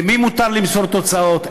למי מותר למסור תוצאות,